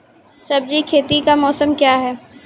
सब्जी खेती का मौसम क्या हैं?